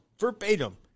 verbatim